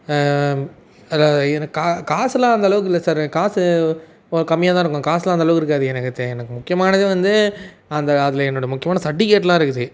அதாவது எனக்கு கா காசு எல்லாம் அந்த அளவுக்கு இல்லை சார் எனக்கு காசு ஒ கம்மியாக தான் இருக்கும் காசு எல்லாம் அந்த அளவுக்கு இருக்காது எனக்கு செ எனக்கு முக்கியமானதே வந்து அந்த அதில் என்னோட முக்கியமான சர்ட்டிஃபிகேட் எல்லாம் இருக்குது